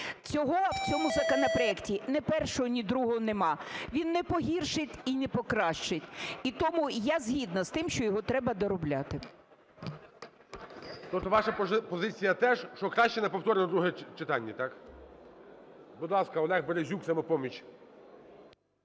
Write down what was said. Цього в цьому законопроекті, ні першого, ні другого нема. Він не погіршить і не покращить. І тому я згідна з тим, що його треба доробляти. ГОЛОВУЮЧИЙ. Тобто ваша позиція теж, що краще на повторне друге читання, так? Будь ласка, Олег Березюк, "Самопоміч".